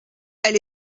elle